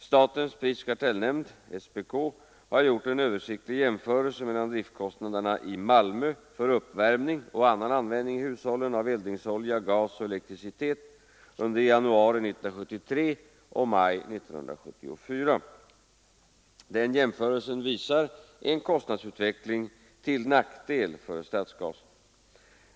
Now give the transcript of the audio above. Statens prisoch kartellnämnd har gjort en översiktlig jämförelse mellan driftkostnaderna i Malmö för uppvärmning och annan användning i hushållen av eldningsolja, gas och elektricitet under januari 1973 och maj 1974. Denna jämförelse visar en kostnadsutveckling till nackdel för stadsgasen.